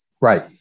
Right